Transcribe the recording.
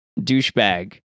douchebag